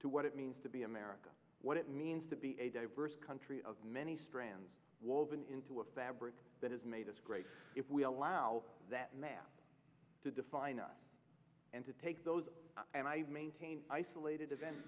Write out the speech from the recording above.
to what it means to be america what it means to be a diverse country of many strands woven into a fabric that has made us great if we allow that map to define us and to take those and i maintain isolated event